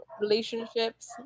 relationships